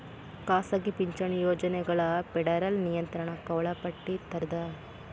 ಖಾಸಗಿ ಪಿಂಚಣಿ ಯೋಜನೆಗಳ ಫೆಡರಲ್ ನಿಯಂತ್ರಣಕ್ಕ ಒಳಪಟ್ಟಿರ್ತದ